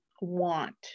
want